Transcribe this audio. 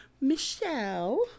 Michelle